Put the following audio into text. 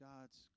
God's